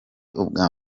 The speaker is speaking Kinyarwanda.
ubwa